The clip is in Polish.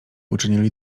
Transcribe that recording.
uczynili